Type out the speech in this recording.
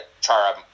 Chara